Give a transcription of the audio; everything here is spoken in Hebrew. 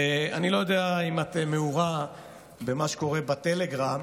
אני לא יודע אם את מעורה במה שקורה בטלגרם,